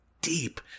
deep